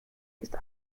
ist